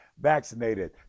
vaccinated